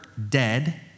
dead